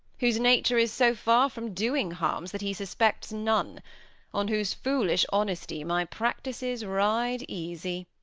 whose nature is so far from doing harms that he suspects none on whose foolish honesty my practices ride easy!